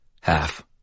Half